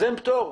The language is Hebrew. אין פטור.